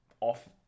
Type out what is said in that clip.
off